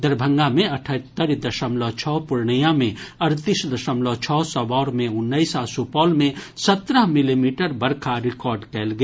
दरभंगा मे अठहत्तरि दशमलव छओ पूर्णिया मे अड़तीस दशमलव छओ सबौर मे उन्नैस आ सुपौल मे सत्रह मिलीमीटर बरखा रिकॉर्ड कयल गेल